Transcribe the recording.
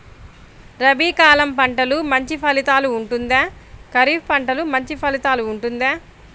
రబీ కాలం పంటలు మంచి ఫలితాలు ఉంటుందా? ఖరీఫ్ పంటలు మంచి ఫలితాలు ఉంటుందా?